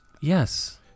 Yes